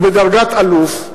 הוא בדרגת אלוף,